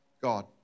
God